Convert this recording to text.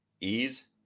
ease